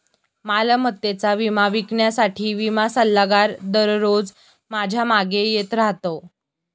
मालमत्तेचा विमा विकण्यासाठी विमा सल्लागार दररोज माझ्या मागे येत राहतो